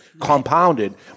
compounded